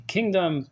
Kingdom